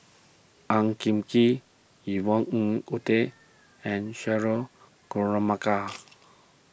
Ang Kee Yvonne Ng Uhde and Cheryl